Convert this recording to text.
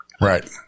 right